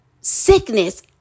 sickness